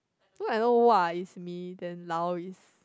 so I know !wa!~ is me then lao is